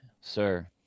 Sir